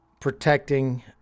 protecting